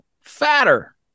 fatter